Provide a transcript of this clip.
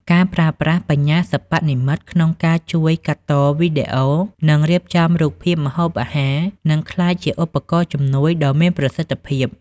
ការប្រើប្រាស់បញ្ញាសិប្បនិម្មិត ក្នុងការជួយកាត់តវីដេអូ និងការរៀបចំរូបភាពម្ហូបអាហារ នឹងក្លាយជាឧបករណ៍ជំនួយដ៏មានប្រសិទ្ធភាព។